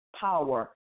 power